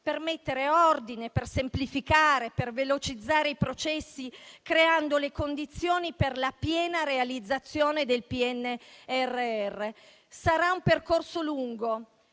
per mettere ordine, per semplificare, per velocizzare i processi, creando le condizioni per la piena realizzazione del PNRR. Sarà un percorso lungo